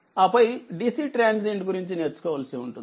ఆపై DC transient గురించి నేర్చుకోవలసి ఉంటుంది